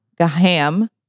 Gaham